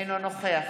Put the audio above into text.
אינו נוכח